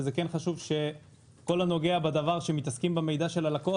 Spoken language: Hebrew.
וזה כן חשוב שכל הנוגע בדבר שמתעסק במידע של הלקוח,